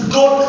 God